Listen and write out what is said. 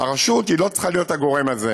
הרשות לא צריכה להיות הגורם הזה,